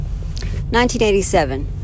1987